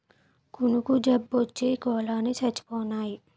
కునుకు జబ్బోచ్చి కోలన్ని సచ్చిపోనాయి